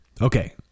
Okay